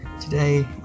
today